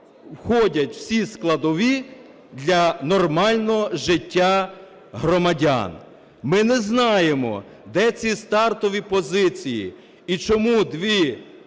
входять всі складові для нормального життя громадян. Ми не знаємо, де ці стартові позиції, і чому